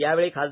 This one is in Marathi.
यावेळी खा